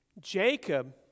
Jacob